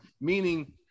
meaning